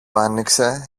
άνοιξε